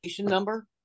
number